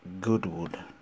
Goodwood